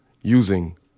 using